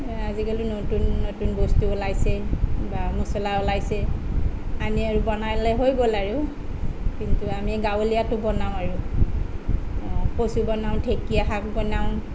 আজিকালি নতুন নতুন বস্তু ওলাইছে বা মচলা ওলাইছে আনি আৰু বনালে হৈ গ'ল আৰু কিন্তু আমি গাঁৱলীয়াটো বনাওঁ আৰু অঁ কচু বনাওঁ ঢেঁকীয়া শাক বনাওঁ